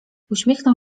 uśmiechnął